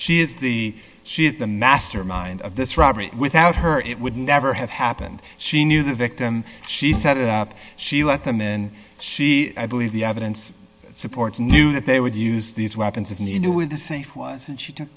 she is the she is the mastermind of this robbery without her it would never have happened she knew the victim she set it up she let them in she i believe the evidence supports knew that they would use these weapons of knew in the safe was and she took